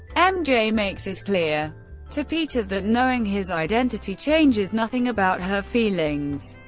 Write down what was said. mj ah makes it clear to peter that knowing his identity changes nothing about her feelings,